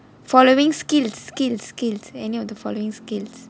following skills skills skills any of the following skills